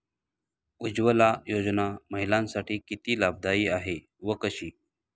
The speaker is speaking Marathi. उज्ज्वला योजना महिलांसाठी किती लाभदायी आहे व कशी?